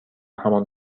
همان